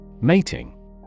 Mating